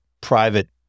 private